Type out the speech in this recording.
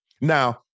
Now